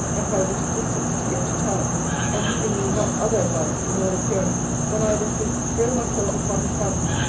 and private assistance to get to town and leaving me not other advice, in all appearance, than either to throw myself upon his family,